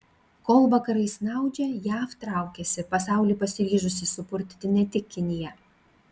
kol vakarai snaudžia jav traukiasi pasaulį pasiryžusi supurtyti ne tik kinija